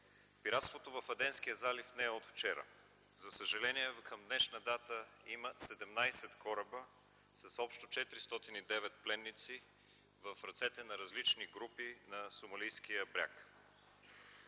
Пиратството в Аденския залив не е от вчера. За съжаление, към днешна дата има 17 кораба с общо 409 пленници в ръцете на различни групи на Сомалийския бряг.